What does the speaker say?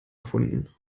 erfunden